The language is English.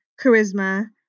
Charisma